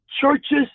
churches